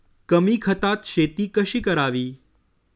कमी खतात शेती कशी करावी?